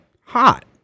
hot